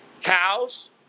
Cows